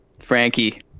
Frankie